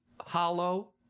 hollow